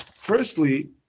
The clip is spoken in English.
Firstly